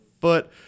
foot